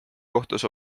kohtus